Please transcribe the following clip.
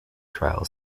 trial